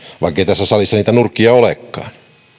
vaikkei tässä salissa niitä nurkkia olekaan